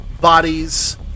bodies